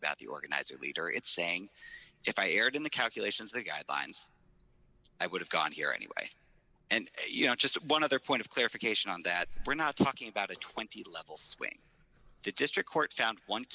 about the organizer leader it's saying if i erred in the calculations the guidelines i would have gone here anyway and you know just one other point of clarification on that we're not talking about a twenty level swing district court found one